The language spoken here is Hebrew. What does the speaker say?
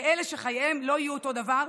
לאלה שחייהם לא יהיו אותו דבר,